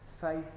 faith